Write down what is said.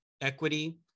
equity